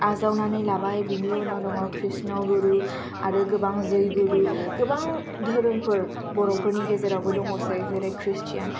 आजावनानै लाबाय बेनि उनाव दङ कृष्ण गुरु आरो गोबां जय गुरु गोबां धोरोमफोर बर'फोरनि गेजेराबो दंसै जेरै खृस्तियान